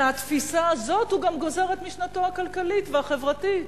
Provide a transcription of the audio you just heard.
מהתפיסה הזאת הוא גם גוזר את משנתו הכלכלית והחברתית.